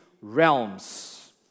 realms